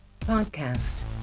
Podcast